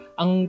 ang